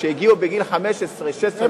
שהגיעו בגיל 15 16,